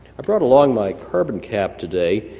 i brought along my carbon cap today.